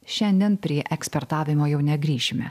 šiandien prie ekspertavimo jau negrįšime